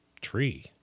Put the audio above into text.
tree